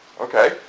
Okay